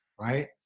right